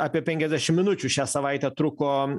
apie penkiasdešim minučių šią savaitę truko